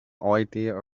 idea